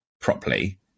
properly